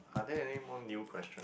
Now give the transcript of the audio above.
are there any more new question